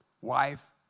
Wife